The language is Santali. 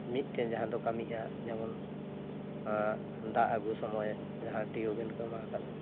ᱢᱤᱫᱛᱮ ᱡᱟᱦᱟᱸ ᱫᱚ ᱠᱟᱹᱢᱤᱜᱼᱟ ᱡᱮᱢᱚᱱ ᱫᱟᱜ ᱟᱹᱜᱩ ᱥᱚᱢᱚᱭ ᱡᱟᱦᱟᱸ ᱴᱤᱭᱩᱵᱮᱞ ᱠᱚ ᱮᱢᱟ ᱟᱠᱟᱫ ᱵᱚᱱᱟ